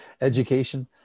education